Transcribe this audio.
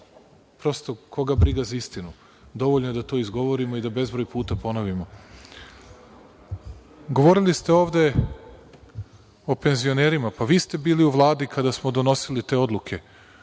prosto, koga briga za istinu. Dovoljno je da to izgovorimo i da bezbroj puta ponovimo. Govorili ste ovde o penzionerima. Pa, vi ste bili u Vladi kada smo donosili te odluke.